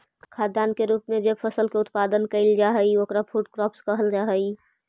खाद्यान्न के रूप में जे फसल के उत्पादन कैइल जा हई ओकरा फूड क्रॉप्स कहल जा हई